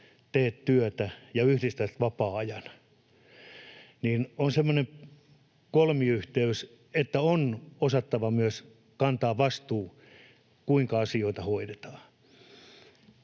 teet työtä ja yhdistät vapaa-ajan, niin se on semmoinen kolmiyhteys, että on osattava myös kantaa vastuu siitä, kuinka asioita hoidetaan.